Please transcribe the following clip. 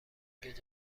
رنکینگ